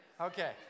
Okay